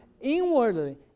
inwardly